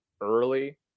early